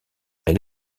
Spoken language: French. elle